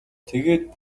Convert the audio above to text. тэгээд